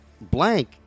Blank